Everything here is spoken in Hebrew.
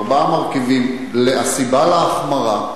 ארבעה מרכיבים שהם סיבה להחמרה,